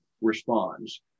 responds